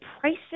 prices